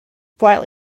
while